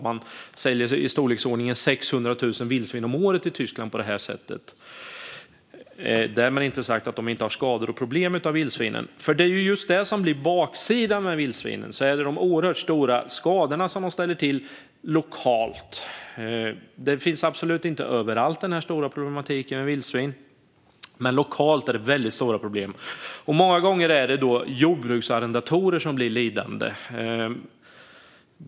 Man säljer i storleksordningen 600 000 vildsvin om året i Tyskland på det här sättet - därmed inte sagt att de inte har skador och problem av vildsvinen. Det är nämligen just det som är baksidan med vildsvinen: de oerhört stora skador som de ställer till lokalt. Denna stora problematik finns absolut inte överallt, men lokalt är det väldigt stora problem. Många gånger är det jordbruksarrendatorer som blir lidande.